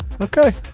Okay